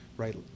right